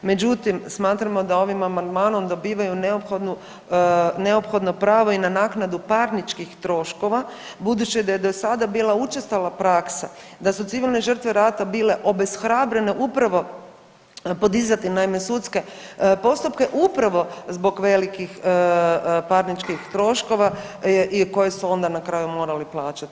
Međutim, smatramo da ovim amandmanom dobivaju neophodno pravo i na naknadu parničkih troškova, budući da je do sada bila učestala praksa da su civilne žrtve rata bile obeshrabrene upravo podizati sudske postupke upravo zbog velikih parničkih troškova koje su onda na kraju morali plaćati.